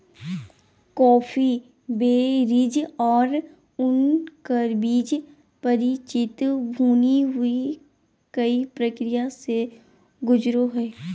coffee berries और उनकर बीज परिचित भुनी हुई कई प्रक्रिया से गुजरो हइ